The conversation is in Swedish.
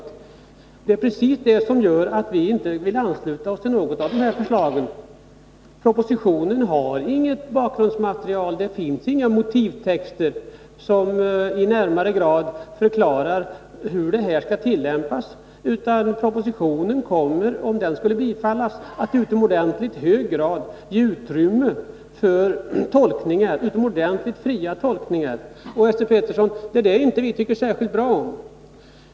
Det är precis det som gör att vi inte vill ansluta oss till något av de här förslagen. Propositionen har inget bakgrundsmaterial. Det finns inga motivtexter som i nämnvärd grad förklarar hur tillämpningen skall ske. Propositionen kommer, om den skulle bifallas, att i utomordentligt hög grad ge utrymme för mycket fria tolkningar, och det är det, Esse Petersson, som vi inte tycker särskilt bra om.